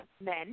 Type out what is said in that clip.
men